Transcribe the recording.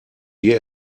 wir